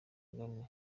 kagame